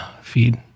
feed